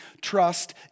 trust